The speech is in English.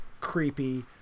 creepy